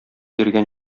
йөргән